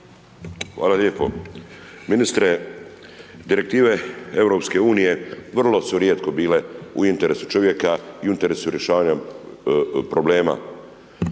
Hvala lijepo. Ministre, direktive EU vrlo su rijetko bile u interesu čovjeka i u interesu rješavanja problema.